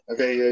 Okay